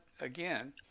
again